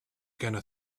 gonna